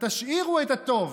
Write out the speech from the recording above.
תשאירו את הטוב.